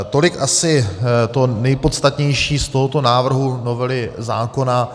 Tolik asi to nejpodstatnější z tohoto návrhu novely zákona.